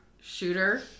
shooter